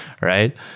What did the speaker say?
Right